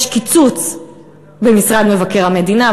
יש קיצוץ במשרד מבקר המדינה,